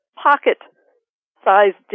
Pocket-sized